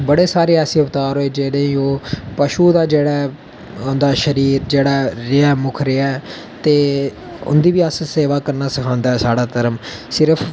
बड़े सारे ऐसे अवतार होए जेह्ड़े ओह् पशु दा जेह्ड़ा ओदा शरीर रेहा मुक्ख रेहा ते उं'दी बी अस सेवा करना सखांदा ऐ साढ़ा धर्म